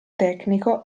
tecnico